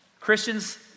Christians